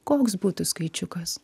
koks būtų skaičiukas